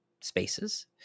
spaces